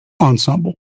ensemble